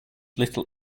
little